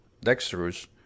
Dexterous